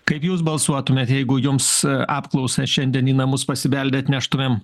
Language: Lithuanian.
kaip jūs balsuotumėt jeigu jums apklausą šiandien į namus pasibeldę atneštumėm